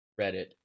reddit